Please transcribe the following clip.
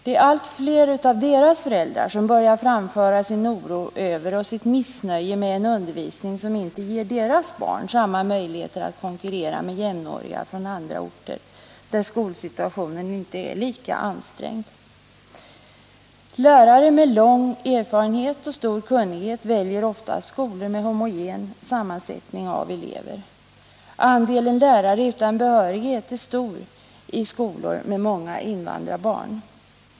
Det är allt fler av deras föräldrar som börjar framföra sin oro för och sitt missnöje med en undervisning som inte ger deras barn samma möjligheter att konkurrera med jämnåriga från andra orter, där skolsituationen inte är lika ansträngd. Lärare med lång erfarenhet och stor kunnighet väljer ofta skolor med homogen sammansättning av elever. Andelen lärare utan behörighet är stor i skolor med många invandrarbarn.